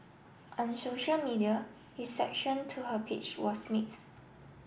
on social media reception to her peach was mix